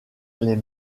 les